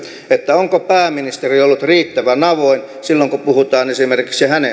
onko pääministeri ollut riittävän avoin silloin kun puhutaan esimerkiksi hänen